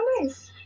nice